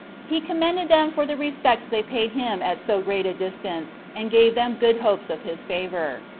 he commended them for the respects they paid him at so great a distance, and gave them good hopes of his favor.